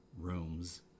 rooms